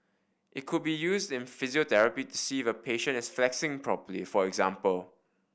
it could be used in physiotherapy to see if a patient is flexing properly for example